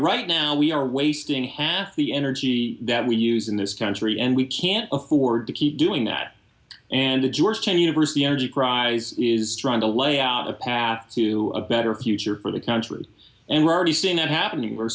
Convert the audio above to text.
right now we are wasting half the energy that we use in this country and we can't afford to keep doing that and the georgetown university energy prize is trying to lay out a path to a better future for the country and we're already seeing that happening we're